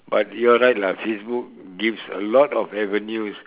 but you're right lah Facebook gives a lot of avenues